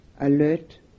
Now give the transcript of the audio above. Alert